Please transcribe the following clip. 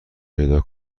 پیدا